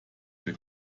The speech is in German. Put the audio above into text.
für